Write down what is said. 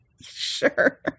Sure